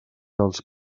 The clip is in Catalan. dels